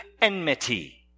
enmity